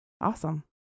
Awesome